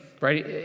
Right